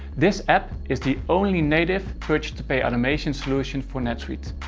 this app is the only native purchase-to-pay automation solution for netsuite.